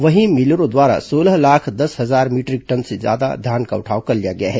वहीं मिलरों द्वारा सोलह लाख दस हजार मीटरिक टन से ज्यादा धान का उठाव कर लिया गया है